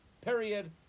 Period